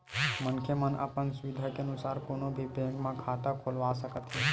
मनखे मन अपन सुबिधा के अनुसार कोनो भी बेंक म खाता खोलवा सकत हे